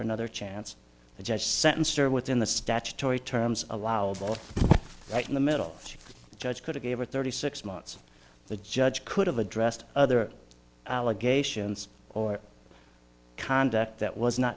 another chance the judge sentenced her within the statutory terms allowable right in the middle a judge could have gave her thirty six months the judge could have addressed other allegations or conduct that was not